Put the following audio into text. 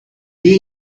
you